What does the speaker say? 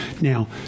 Now